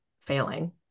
failing